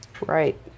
Right